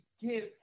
give